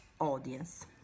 audience